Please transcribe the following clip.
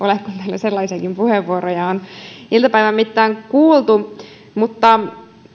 täällä sellaisiakin puheenvuoroja on iltapäivän mittaan kuultu